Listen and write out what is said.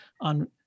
on